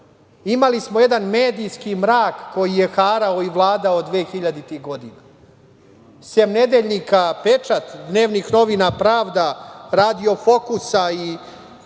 Imali smo jedan medijski mrak koji je harao i vladao 2000-ih godina. Sem nedeljnika „Pečat“, dnevnih novina „Pravda“, radio „Fokusa“ i